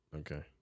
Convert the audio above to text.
okay